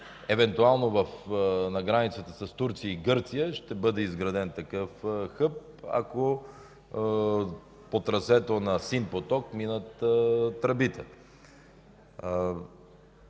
евентуално на границата с Турция и Гърция ще бъде изграден такъв хъб, ако по трасето на „Син поток” минат тръбите.